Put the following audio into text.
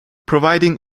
providing